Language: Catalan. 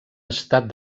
estat